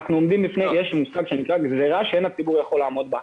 שהם עומדים בפני גזירה שהציבור לא יכול לעמוד בה.